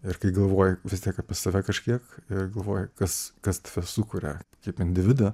ir kai galvoju vis tiek apie save kažkiek ir galvoju kas kas sukuria taip individą